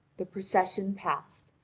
the procession passed,